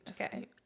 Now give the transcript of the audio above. Okay